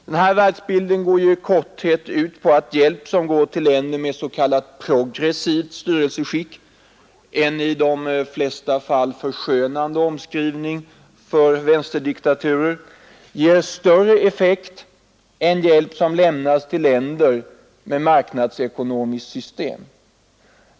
Denna världsbild går i korthet ut på att hjälp som går till länder med s.k. progressivt styrelseskick, en i de flesta fallen förskönande omskrivning för vänsterdiktaturer, ger större effekt än hjälp som lämnas till länder med marknadsekonomiskt system.